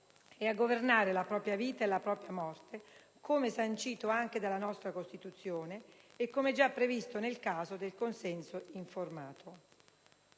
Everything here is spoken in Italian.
e a governare la propria vita e la propria morte, come sancito anche dalla nostra Costituzione e come già previsto nel caso del consenso informato.